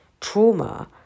trauma